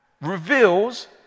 reveals